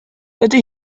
dydi